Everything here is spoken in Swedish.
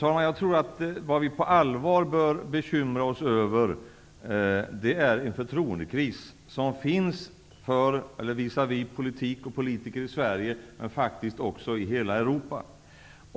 Det vi på allvar bör bekymra oss över är en förtroendekris som finns visavi politiker i Sverige, men faktiskt också i hela Europa.